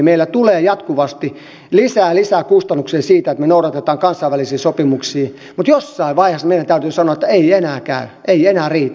meillä tulee jatkuvasti lisää ja lisää kustannuksia siitä että me noudatamme kansainvälisiä sopimuksia mutta jossain vaiheessa meidän täytyy sanoa että ei enää käy ei enää riitä